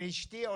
לאשתי,